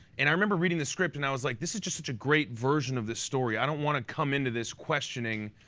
and i remember reading the script and i was like this is just a great version of the story, i don't want to come into this questioning